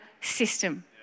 system